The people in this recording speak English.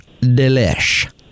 delish